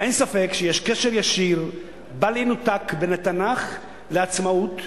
"אין ספק שיש קשר ישיר בל ינותק בין התנ"ך לעצמאות,